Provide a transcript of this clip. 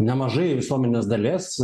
nemažai visuomenės dalies